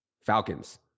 Falcons